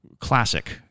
classic